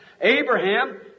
Abraham